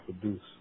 produce